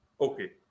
Okay